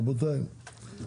רבותיי,